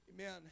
Amen